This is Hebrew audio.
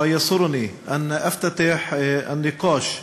אדוני יושב-ראש הכנסת,